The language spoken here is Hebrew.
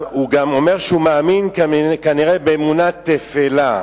הוא גם אומר שהוא מאמין, כנראה באמונה טפלה,